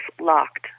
locked